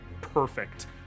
perfect